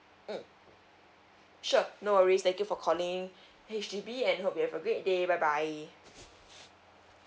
mm sure no worries thank you for calling H_D_B and hope you have a great day bye bye